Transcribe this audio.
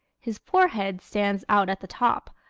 his forehead stands out at the top,